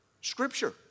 Scripture